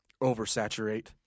oversaturate